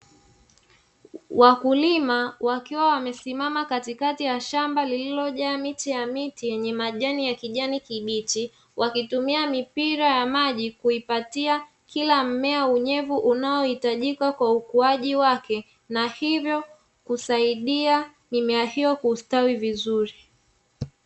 Wakulima wakiwa wamesimama katikati ya shamba lililojaa miche ya miti yenye majani ya kijani kibichi, wakitumia mipira ya maji kuipatia kila mmea unyevu unaohitajika kwa ukuaji wake, na hivyo kusaidia mimea hiyo kustawi vizuri.